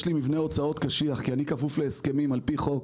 לי מבנה הוצאות קשיח כי אני כפוף להסכמים על פי חוק,